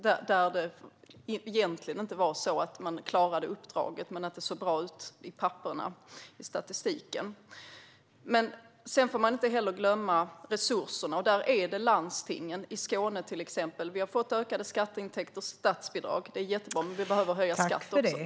Man klarade egentligen inte uppdraget, men det såg bra ut i statistiken. Man får heller inte glömma resurserna. Till exempel har landstinget i Skåne fått ökat statsbidrag, och det är jättebra, men vi behöver höja skatten också.